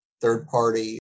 third-party